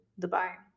Dubai